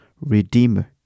redeemer